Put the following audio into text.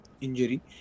injury